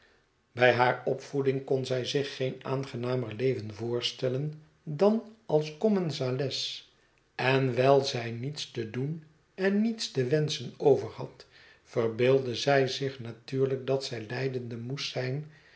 bij haar opvoeding kon zij zich geen aangenamer leven voorstellen dan als commensales en wijl zij niets te doen en niets te wenschen over had verbeeldde zij zich natuurlijk dat zij lijdende moest zijn